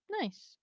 Nice